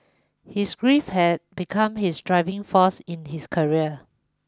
his grief had become his driving force in his career